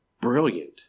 brilliant